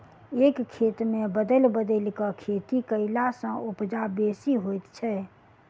एक खेत मे बदलि बदलि क खेती कयला सॅ उपजा बेसी होइत छै